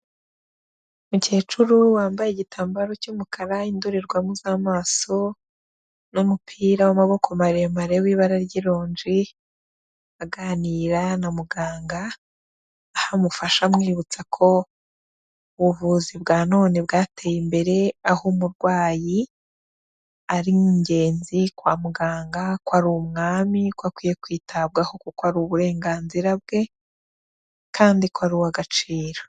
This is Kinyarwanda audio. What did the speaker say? Umukecuru wambaye igitambaro cy'umukara, indorerwamo z'amaso n'umupira w'amaboko maremare w'ibara ry'ironji, aganira na muganga, aho amufasha amwibutsa ko ubuvuzi bwa none bwateye imbere, aho umurwayi ari ingenzi kwa muganga ko ari umwami, ko akwiye kwitabwaho kuko ari uburenganzira bwe kandi ko ari uw'agaciro.